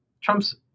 Trump's